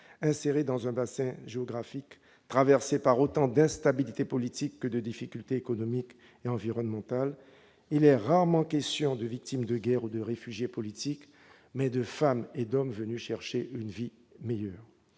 insérée dans un bassin géographique sud-américain marqué tant par l'instabilité politique que par les difficultés économiques et environnementales, il est rarement question de victimes de guerre ou de réfugiés politiques, mais plutôt de femmes et d'hommes venus chercher une vie meilleure.